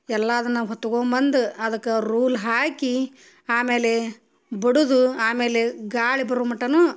ಎಲ್ಲ ಅದನ್ನು ಹೊತ್ಕೊಂಬಂದು ಅದಕ್ಕೆ ರೂಲ್ ಹಾಕಿ ಆಮೇಲೆ ಬಡಿದು ಆಮೇಲೆ ಗಾಳಿ ಬರೋ ಮಟ್ಟನು